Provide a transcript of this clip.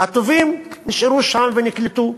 הטובים נשארו שם ונקלטו.